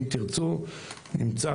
אם תרצו נמצא,